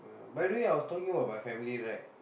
by the way I was talking about my family right